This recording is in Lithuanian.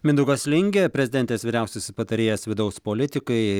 mindaugas lingė prezidentės vyriausiasis patarėjas vidaus politikai